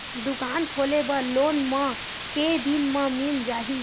दुकान खोले बर लोन मा के दिन मा मिल जाही?